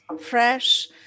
fresh